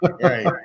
right